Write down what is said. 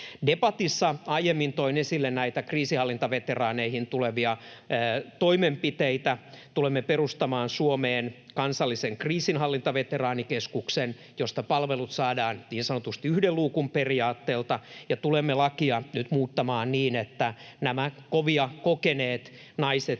debatissa toin esille näitä kriisinhallintaveteraaneille tulevia toimenpiteitä. Tulemme perustamaan Suomeen kansallisen kriisinhallintaveteraanikeskuksen, josta palvelut saadaan niin sanotusti yhden luukun periaatteella, ja tulemme lakia nyt muuttamaan niin, että nämä kovia kokeneet naiset